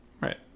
Right